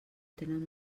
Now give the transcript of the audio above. tenen